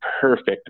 perfect